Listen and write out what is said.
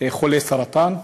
חולי סרטן,